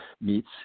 meets